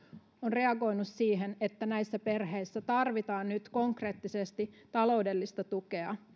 on reagoinut siihen että näissä perheissä tarvitaan nyt konkreettisesti taloudellista tukea minä